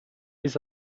ist